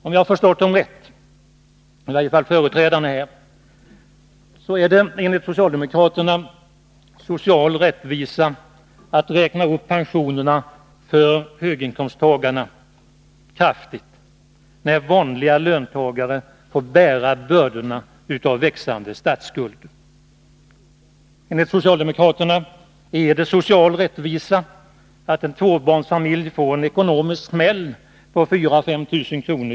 Om jag rätt har förstått deras företrädare här, är det enligt socialdemokraterna social rättvisa att kraftigt räkna upp pensionerna för höginkomsttagarna samtidigt som löntagare i vanliga inkomstlägen får bära bördorna av växande statsskulder. Enligt socialdemokraterna är det tydligen social rättvisa att en tvåbarnsfamilj får en ekonomisk smäll på 4 000-5 000 kr.